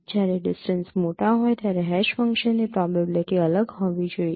જ્યારે ડિસ્ટન્સ મોટા હોય ત્યારે હેશ ફંક્શનની પ્રોબેબીલીટી અલગ હોવી જોઈએ